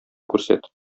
күрсәт